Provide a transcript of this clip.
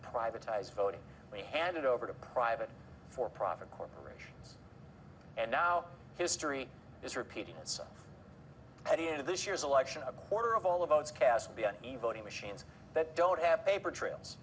privatized voting we handed over to private for profit corporation and now history is repeating itself at the end of this year's election a quarter of all the votes cast be on eva the machines that don't have paper trails